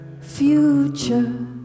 future